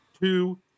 two